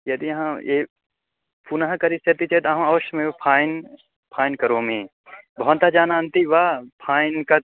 यदि हा ये पुनः करिष्यति चेद् अहम् अवश्यमेव् फैन् फैन् करोमि भवन्तः जानन्ति वा फैन् कथम्